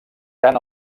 tant